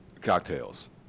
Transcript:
cocktails